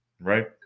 right